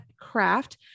craft